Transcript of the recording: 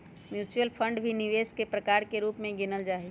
mutual fund भी निवेश के प्रकार के रूप में गिनल जाहई